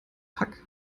pack